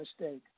mistake